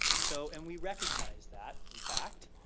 so and we recognize that, in fact.